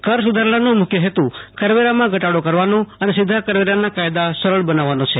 કર સુ ધારણાનો મુખ્ય હેનુ કરવેરામાં ઘટાડો કરવાનો અને સીંઘા કરવેરાના કાયદા સરળ બનાવવાનો છે